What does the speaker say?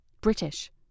British